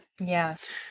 Yes